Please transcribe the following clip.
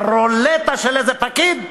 ברולטה של איזה פקיד?